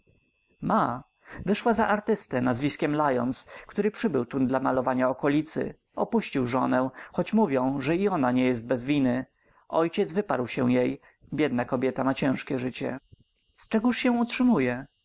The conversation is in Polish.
ma wyszła za artystę nazwiskiem lyons który przybył tu dla malowania okolicy opuścił żonę choć mówią że i ona nie jest bez winy ojciec wyparł jej się biedna kobieta ma ciężkie życie z czegóż się utrzymuje